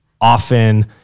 often